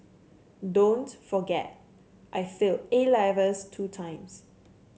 don't forget I failed A Levels two times